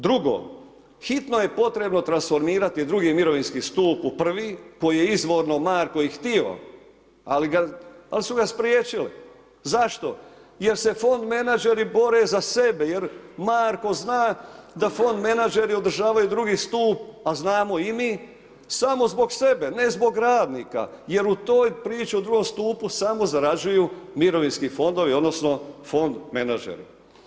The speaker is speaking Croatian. Drugo, hitno je potrebno transformirati drugi mirovinski stup u prvi koji je izvorno, Marko je htio, ali su ga spriječili, zašto, jer se fond menadžeri bore za sebe jer Marko zna da fond menadžeri održavaju drugi stup, a znamo i mi, samo zbog sebe, ne zbog radnika jer u toj priči o drugom stupu samo zarađuju mirovinski fondovi odnosno fond menadžeri.